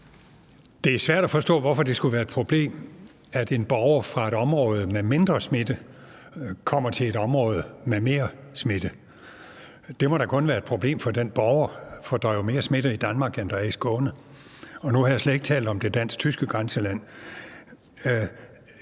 Det er svært at forstå, hvorfor det skulle være et problem, at en borger fra et område med mindre smitte kommer til et område med mere smitte. Det må da kun være et problem for den borger, for der er jo mere smitte i Danmark, end der er i Skåne, og nu har jeg slet ikke talt om det dansk-tyske grænseland.